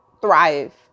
thrive